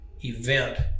event